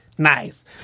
nice